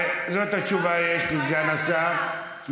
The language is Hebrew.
זאת התשובה שיש לסגן השר.